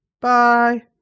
Bye